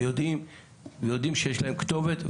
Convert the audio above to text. ויודעים שיש להם כתובת.